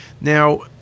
Now